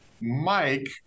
Mike